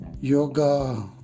Yoga